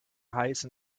heißen